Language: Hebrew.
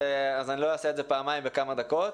לא אעשה את זה פעמיים בכמה דקות.